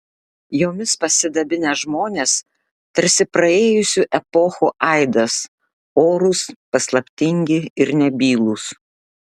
jomis pasidabinę žmonės tarsi praėjusių epochų aidas orūs paslaptingi ir nebylūs